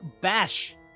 bash